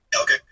okay